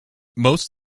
most